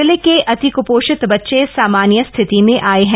जिले के अतिक्पोषित बच्चे सामान्य स्थिति में आये हैं